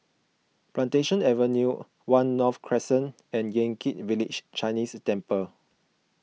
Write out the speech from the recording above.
Plantation Avenue one North Crescent and Yan Kit Village Chinese Temple